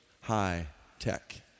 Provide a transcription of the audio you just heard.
high-tech